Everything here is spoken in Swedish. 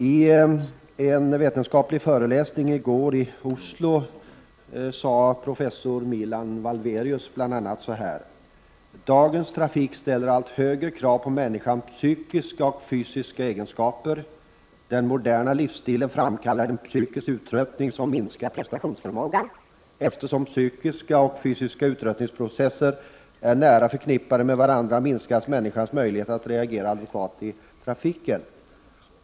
I en vetenskaplig föreläsning i går i Oslo sade professor Milan Valverius bl.a. följande: ”Dagens trafik ställer allt högre krav på människans psykiska och fysiska egenskaper. Den moderna livsstilen framkallar en psykisk uttröttning som minskar prestationsförmågan. Eftersom psyskiska och fysiska uttröttningsprocesser är nära förknippade med varandra minskas människans möjligheter att reagera adekvat i trafiken.